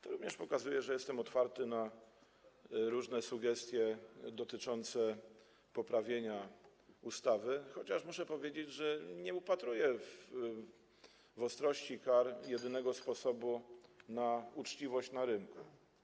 To również pokazuje, że jestem otwarty na różne sugestie dotyczące poprawienia ustawy, chociaż muszę powiedzieć, że nie upatruję w ostrości kar jedynego sposobu na uczciwość na rynku.